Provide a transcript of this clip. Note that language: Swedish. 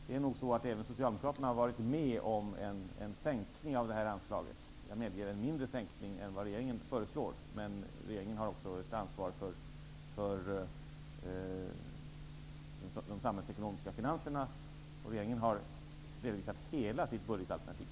Det är nog så att även Socialdemokraterna har varit med om en sänkning av det här anslaget. Jag medger att det är en mindre sänkning än vad regeringen föreslår, men regeringen har också ett ansvar för samhällsekonomin, och regeringen har redovisat hela sitt budgetalternativ.